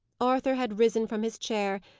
arthur had risen from his chair,